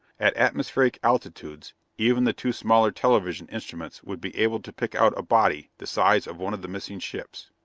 at atmospheric altitudes even the two smaller television instruments would be able to pick out a body the size of one of the missing ships.